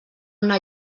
una